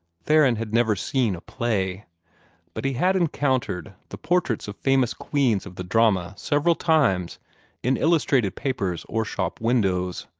theron had never seen a play but he had encountered the portraits of famous queens of the drama several times in illustrated papers or shop windows,